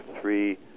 three